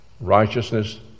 Righteousness